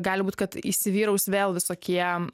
gali būt kad įsivyraus vėl visokie